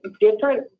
different